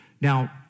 Now